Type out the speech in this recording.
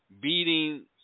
beating